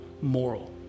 moral